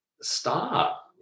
stop